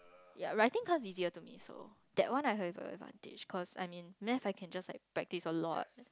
ya writing cause it's easier to me so that one I have an advantage cause I mean maths I can just like practice a lot